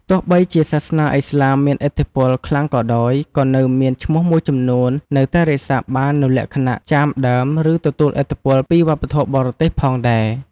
ទោះបីជាសាសនាឥស្លាមមានឥទ្ធិពលខ្លាំងក៏ដោយ ក៏នៅមានឈ្មោះមួយចំនួននៅតែរក្សាបាននូវលក្ខណៈចាមដើម ឬទទួលឥទ្ធិពលពីវប្បធម៌បរទេសផងដែរ។